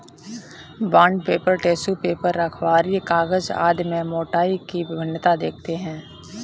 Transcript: bond paper, tissue paper, अखबारी कागज आदि में मोटाई की भिन्नता देखते हैं